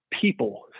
people